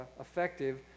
effective